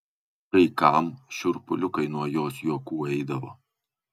kai kam šiurpuliukai nuo jos juokų eidavo